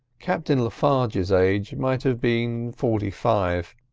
captain le farges' age might have been forty-five.